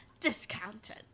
discounted